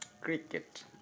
Cricket